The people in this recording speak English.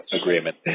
agreement